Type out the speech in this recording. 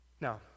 Now